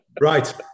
Right